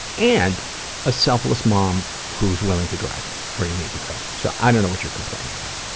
and a selfless mom who is willing to drive you to where you need to go. so i don't know what you are complaining about.